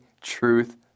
truth